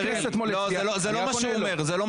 הכנסת אתמול הצביעה --- זה לא מה שהוא אומר.